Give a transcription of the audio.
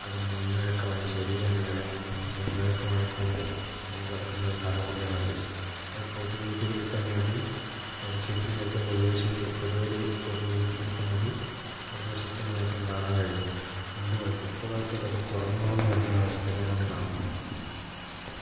അതിന് മെയ് വഴക്കമായി ശരീരം ഇണങ്ങി മെയ് വഴക്കമായി കൂടുതൽ കൊണ്ട് നടക്കുന്നൊരു കല കൂടെയാണത് അത് പൊതു വേദികളിൽ തന്നെ അത് പരിശീലിപ്പിച്ചെടുത്താൽ പൊതുവെ പൊതുവേളി പൊതുവേദികളിൽ തന്നെ അത് പ്രദർശിപ്പിക്കുന്നതായിട്ട് കാണാൻ കഴിഞ്ഞു പണ്ട് കാലത്ത് ഇപ്പോൾ കാലത്ത് അത് കുറഞ്ഞ് കുറഞ്ഞ് വരുന്ന അവസ്ഥയിലേക്കാണ് കാണുന്നത്